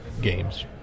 games